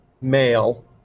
male